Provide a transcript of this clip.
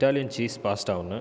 Italian cheese pasta ஒன்று